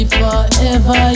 forever